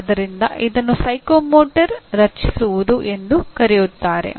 ಆದ್ದರಿಂದ ಇದನ್ನು ಮನೋಪ್ರೇರಣಾವನ್ನು ರಚಿಸುವುದು ಎಂದು ಕರೆಯುತ್ತಾರೆ